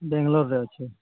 ବେଙ୍ଗଲୋରରେ ଅଛି